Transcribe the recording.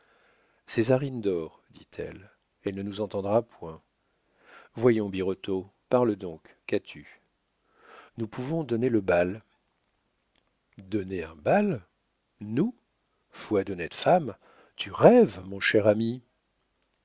césarine dort dit-elle elle ne nous entendra point voyons birotteau parle donc qu'as-tu nous pouvons donner le bal donner un bal nous foi d'honnête femme tu rêves mon cher ami